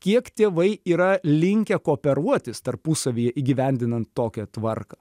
kiek tėvai yra linkę kooperuotis tarpusavyje įgyvendinant tokią tvarką